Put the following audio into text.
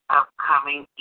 upcoming